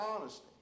honesty